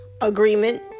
agreement